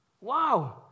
Wow